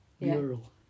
mural